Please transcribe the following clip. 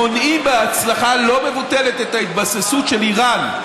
מונעים בהצלחה לא מבוטלת את ההתבססות של איראן,